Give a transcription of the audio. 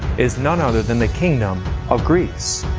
is none other than the kingdom of greece.